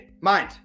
mind